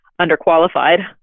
underqualified